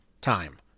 time